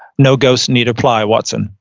no ghosts need apply watson.